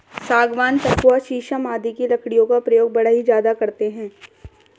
सागवान, सखुआ शीशम आदि की लकड़ियों का प्रयोग बढ़ई ज्यादा करते हैं